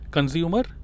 Consumer